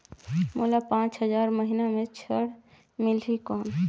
मोला पांच हजार महीना पे ऋण मिलही कौन?